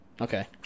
Okay